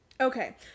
Okay